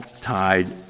tied